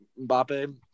Mbappe